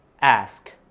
Ask